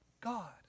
God